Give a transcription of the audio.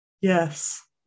yes